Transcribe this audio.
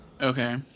Okay